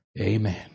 amen